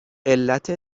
علت